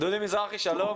דודי מזרחי שלום,